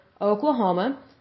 Oklahoma